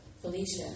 Felicia